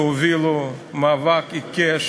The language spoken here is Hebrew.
שהובילו מאבק עיקש